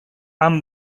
han